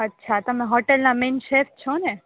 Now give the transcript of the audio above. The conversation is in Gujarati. અચ્છા તમે હોટેલના મેન શેફ છોને